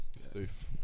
safe